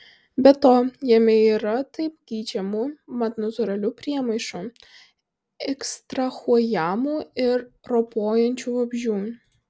be to jame yra taip geidžiamų mat natūralių priemaišų ekstrahuojamų iš ropojančių vabzdžių